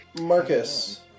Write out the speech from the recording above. Marcus